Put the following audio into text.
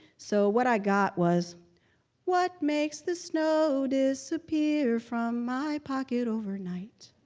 so what i got was what makes the snow disappear from my pocket overnight?